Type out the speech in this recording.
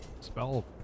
spell